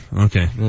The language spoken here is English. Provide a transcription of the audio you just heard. Okay